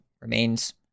remains